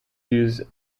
used